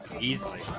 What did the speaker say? Easily